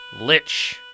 lich